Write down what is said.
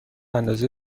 اندازه